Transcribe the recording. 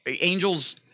Angels